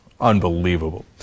Unbelievable